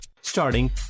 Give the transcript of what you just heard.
Starting